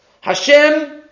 Hashem